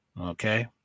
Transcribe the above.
okay